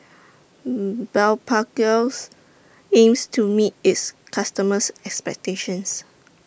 Blephagel aims to meet its customers' expectations